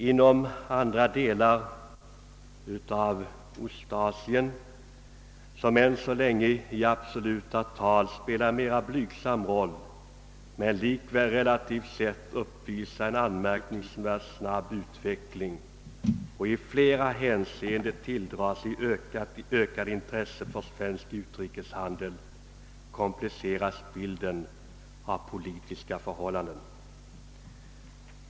Inom andra delar av Ostasien, som än så länge i absoluta tal spelar en mera blygsam roll men likväl relativt sett uppvisar en anmärkningsvärt snabb utveckling och i flera hänseenden tilldrar sig ökande intresse för svensk utrikeshandel, kompliceras bilden av politiska förhållanden.